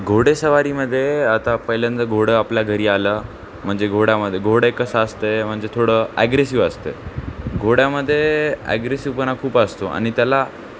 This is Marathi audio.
घोडेस्वारीमदे आता पहिल्यांदा घोडं आपल्या घरी आलं म्हणजे घोड्यामध्ये घोडे कसं असतंय म्हणजे थोडं ॲग्रेसिव असतं घोड्यामदे ॲग्रेसिवपणा खूप असतो आणि त्याला